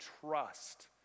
trust